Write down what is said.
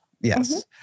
Yes